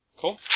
Cool